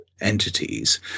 Entities